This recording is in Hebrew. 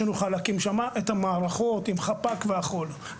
שנוכל להקים שם את המערכות עם חפ"ק וכולי.